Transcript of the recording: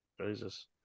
Jesus